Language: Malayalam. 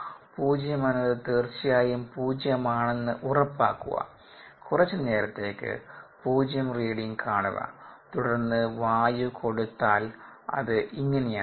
0 എന്നതു തീർച്ചയായും 0 ആണെന്ന് ഉറപ്പാക്കുക കുറച്ച് നേരത്തേക്ക് 0 റീഡിങ് കാണുക തുടർന്ന് വായു കൊടുത്താൽ അത് ഇങ്ങനെയായിരിക്കും